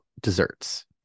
desserts